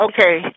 Okay